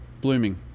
Blooming